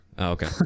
okay